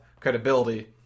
credibility